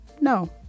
No